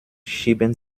schieben